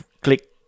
click